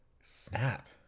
Snap